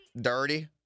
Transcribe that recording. Dirty